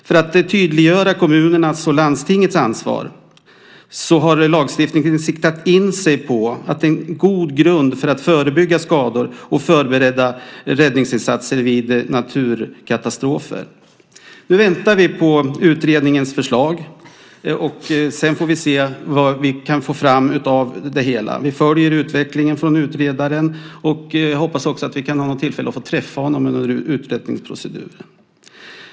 För att tydliggöra kommunernas och landstingens ansvar har lagstiftningen siktat in sig på en god grund för att förebygga skador och förbereda räddningsinsatser vid naturkatastrofer. Nu väntar vi på utredningens förslag. Sedan får vi se vad vi kan få fram av det hela. Vi följer utvecklingen från utredaren, och jag hoppas att vi också kan få tillfälle att träffa honom under utredningsproceduren.